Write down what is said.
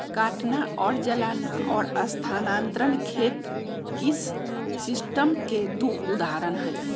काटना और जलाना और स्थानांतरण खेत इस सिस्टम के दु उदाहरण हई